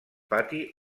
pati